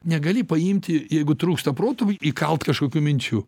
negali paimti jeigu trūksta proto įkalt kažkokių minčių